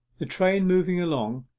the train moved along,